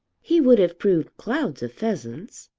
he would have proved clouds of pheasants.